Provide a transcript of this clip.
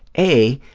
a,